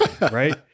Right